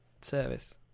service